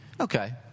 Okay